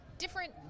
different